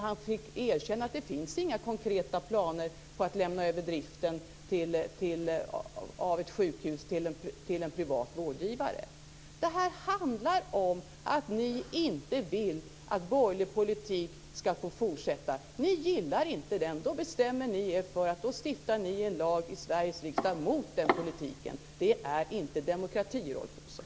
Han fick erkänna att det inte finns några konkreta planer på att lämna över driften av ett sjukhus till en privat vårdgivare. Det här handlar om att ni inte vill att borgerlig politik ska få fortsätta. Ni gillar inte den, och då bestämmer ni er för att stifta en lag i Sveriges riksdag mot den politiken. Det är inte demokrati, Rolf Olsson.